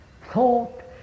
thought